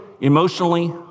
emotionally